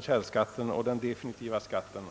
källskatten och den definitiva skatten.